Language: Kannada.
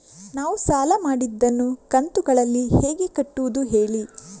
ನಾವು ಸಾಲ ಮಾಡಿದನ್ನು ಕಂತುಗಳಲ್ಲಿ ಹೇಗೆ ಕಟ್ಟುದು ಹೇಳಿ